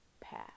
path